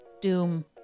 doom